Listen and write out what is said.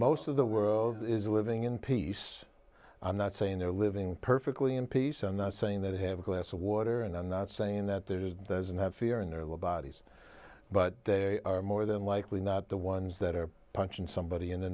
most of the world is living in peace i'm not saying they're living perfectly in peace i'm not saying that i have a glass of water and i'm not saying that there is doesn't have fear in their little bodies but they are more than likely not the ones that are punching somebody in the